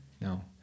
No